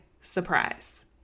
surprise